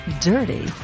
dirty